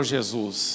Jesus